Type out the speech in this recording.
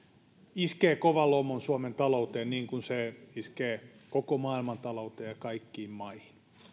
iskee kovan lommon suomen talouteen niin kuin se iskee koko maailmantalouteen ja kaikkiin maihin